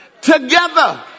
together